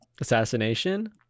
assassination